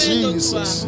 Jesus